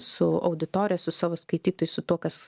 su auditorija su savo skaitytoju su tuo kas